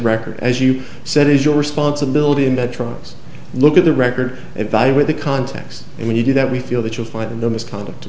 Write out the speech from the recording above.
record as you said is your responsibility in that trials look at the record evaluate the context and when you do that we feel that you'll find the misconduct